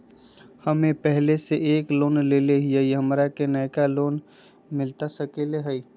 हमे पहले से एक लोन लेले हियई, हमरा के नया लोन मिलता सकले हई?